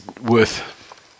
worth